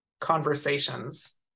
conversations